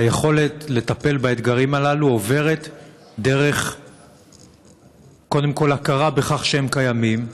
והיכולת לטפל באתגרים הללו עוברת קודם כול דרך הכרה בכך שהם קיימים,